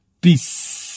Peace